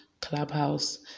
Clubhouse